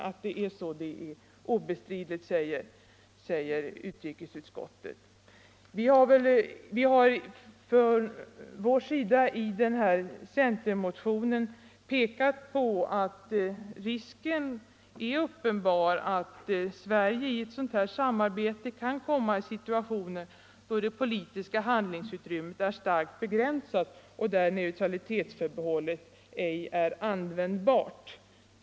Att det är så är obestridligt, säger utrikesutskottet. Vi har i centermotionen pekat på att risken är uppenbar att Sverige i ett sådant samarbete kan råka i situationer där det politiska handlingsutrymmet är starkt begränsat och där neutralitetsförbehållet ej är användbart.